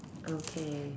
okay